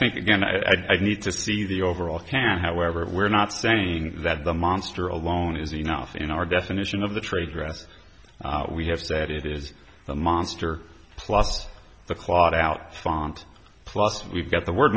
think again i'd need to see the overall can however we're not saying that the monster alone is enough in our definition of the trade dress we have that it is the monster plus the clot out font plus we've got the word